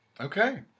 Okay